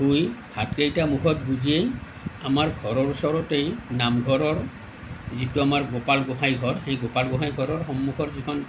ধুই ভাতকেইটা মুখত গুজিয়ে আমাৰ ঘৰৰ ওচৰতেই নামঘৰৰ যিটো আমাৰ গোপাল গোসাঁই ঘৰ সেই গোপাল গোসাঁই ঘৰৰ সন্মুখৰ যিখন